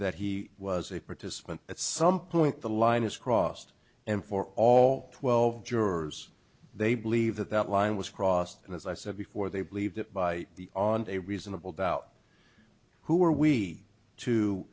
that he was a participant at some point the line is crossed and for all twelve jurors they believe that that line was crossed and as i said before they believe that by the on a reasonable doubt who are we to